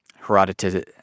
Herodotus